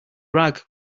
rag